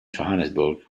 johannesburg